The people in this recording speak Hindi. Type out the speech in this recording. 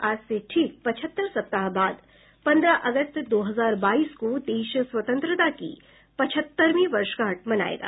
आज से ठीक पचहत्तर सप्ताह बाद पन्द्रह अगस्त दो हजार बाईस को देश स्वतंत्रता की पचहत्तरवीं वर्षगांठ मनाएगा